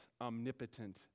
omnipotent